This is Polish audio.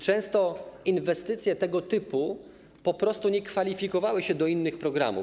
Często inwestycje tego typu po prostu nie kwalifikowały się do innych programów.